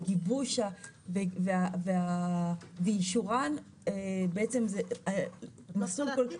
התקנות ואישורן --- את לא צריכה להתקין